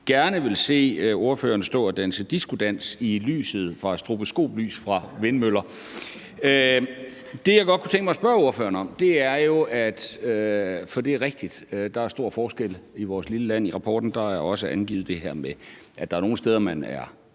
gerne vil se ordføreren stå og danse diskodans i lyset fra stroboskoplys fra vindmøller. Det er rigtigt, at der er stor forskel i vores lille land. I rapporten er der også angivet det her med, at der er nogle steder, man er